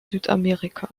südamerika